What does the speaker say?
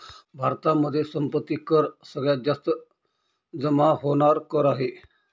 भारतामध्ये संपत्ती कर सगळ्यात जास्त जमा होणार कर आहे